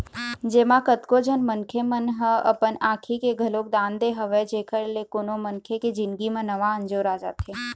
जेमा कतको झन मनखे मन ह अपन आँखी के घलोक दान दे हवय जेखर ले कोनो मनखे के जिनगी म नवा अंजोर आ जाथे